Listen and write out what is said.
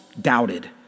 doubted